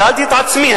שאלתי את עצמי,